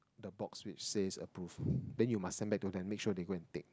the box which says approve then you must send back to them make sure they go and tick